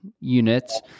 units